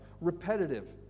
Repetitive